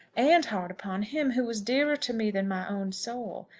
and hard upon him, who is dearer to me than my own soul.